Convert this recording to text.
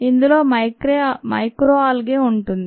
ఇందులో మైక్రోఆల్గే ఉంటుంది